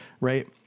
right